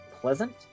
pleasant